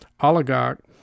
oligarch